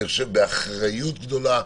אני חושב שבאחריות גדולה.